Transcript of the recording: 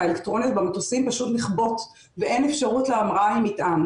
האלקטרוניות במטוסים פשוט נכבות ואין אפשרות להמראה עם מטען.